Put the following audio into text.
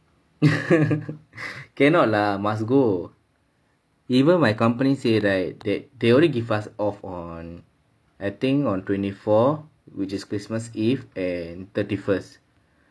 cannot lah must go even my company say right that they only give us off on I think on twenty four which is christmas eve and thirty first